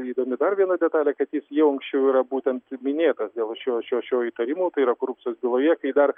įdomi dar viena detalė kad jis jau anksčiau yra būtent minėtas dėl šio šio šio įtarimo tai yra korupcijos byloje kai dar